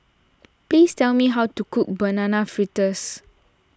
please tell me how to cook Banana Fritters